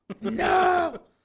No